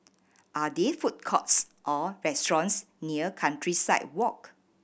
are there food courts or restaurants near Countryside Walk